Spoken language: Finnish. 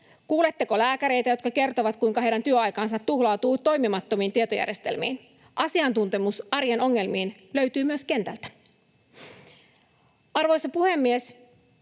Kuuletteko lääkäreitä, jotka kertovat, kuinka heidän työaikaansa tuhlautuu toimimattomiin tietojärjestelmiin? Asiantuntemus arjen ongelmiin löytyy myös kentältä. Arvoisa puhemies!